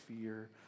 fear